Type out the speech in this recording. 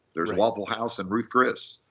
there's waffle house and ruth's chris.